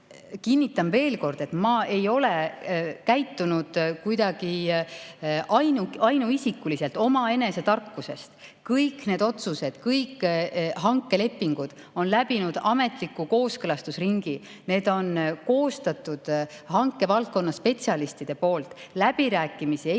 kinnitan veel kord, et ma ei ole [tegutsenud] kuidagi ainuisikuliselt, omaenese tarkusest. Kõik need otsused, kõik hankelepingud on läbinud ametliku kooskõlastusringi, need on koostatud hankevaldkonna spetsialistide poolt. Läbirääkimisi ei